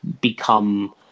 become